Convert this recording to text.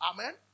Amen